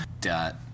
Dot